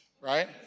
right